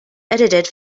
edited